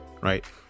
Right